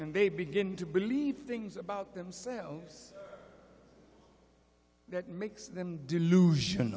and they begin to believe things about themselves that makes them delusion